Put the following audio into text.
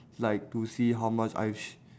like to see how much I've ch~